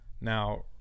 now